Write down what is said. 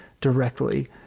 directly